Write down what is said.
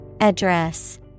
Address